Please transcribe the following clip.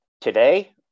Today